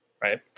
Right